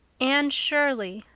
anne shirley,